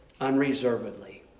unreservedly